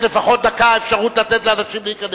רבותי, יש לפחות דקה אפשרות לתת לאנשים להיכנס.